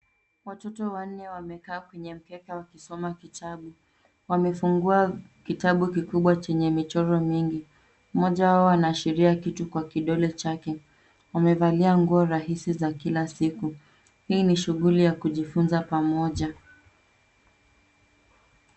Watoto wanne wamekaa kwenye mkeka wakisoma kitabu. Wamefungua kitabu kikubwa chenye michoro mingi. Mmoja wao anashiria kitu kwa kidole chake. Wamevalia nguo rahisi za kila siku. Hii ni shughuli ya kujifunza pamoja.